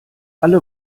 alle